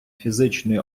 фізичної